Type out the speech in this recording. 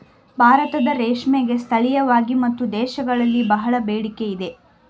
ಭಾರತದ ರೇಷ್ಮೆಗೆ ಸ್ಥಳೀಯವಾಗಿ ಮತ್ತು ದೇಶಗಳಲ್ಲಿ ಬಹಳ ಬೇಡಿಕೆ ಇದೆ